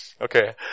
Okay